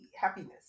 happiness